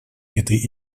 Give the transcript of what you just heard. этой